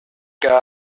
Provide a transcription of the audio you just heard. guy